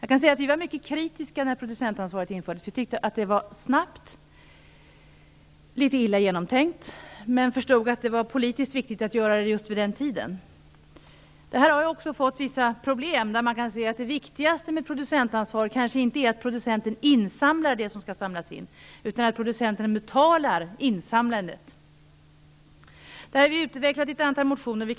Vi var mycket kritiska då producentansvaret infördes. Vi tyckte att det gick snabbt och att det hela var litet illa genomtänkt. Men vi förstod att det var politiskt viktigt att införa det just vid den tidpunkten. Detta har dock medfört vissa problem. Det viktigaste med producentansvaret är kanske inte att producenten samlar in det som skall samlas in utan att producenten betalar insamlandet. Det här är utvecklat i ett antal motioner.